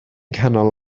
canol